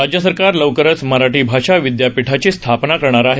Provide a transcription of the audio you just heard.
राज्य सरकार लवकरच मराठी भाषा विदयापीठाची स्थापना करणार आहे